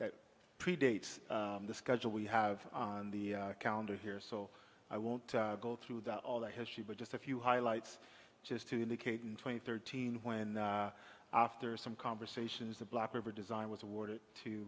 that predates the schedule we have on the calendar here so i won't go through all the history but just a few highlights just to indicate in twenty thirteen when after some conversations the black river design was awarded to